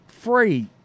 free